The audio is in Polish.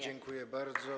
Dziękuję bardzo.